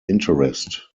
interest